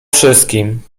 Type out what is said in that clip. wszystkim